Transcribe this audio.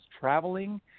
traveling